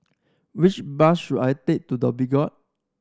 which bus should I take to Dhoby Ghaut